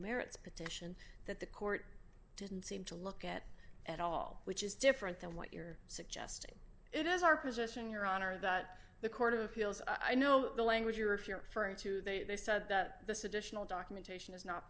merits petition that the court didn't seem to look at at all which is different than what you're suggesting it is our position your honor that the court of appeals i know the language you're if you're referring to they said that this additional documentation is not